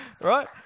Right